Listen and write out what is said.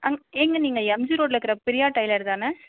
அங் ஏங்க நீங்கள் எம்ஜி ரோட்டில் இருக்கிற பிரியா டைலர் தானே